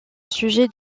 sujet